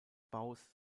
baus